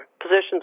positions